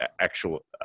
actual